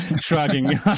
shrugging